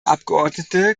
abgeordnete